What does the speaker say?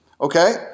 Okay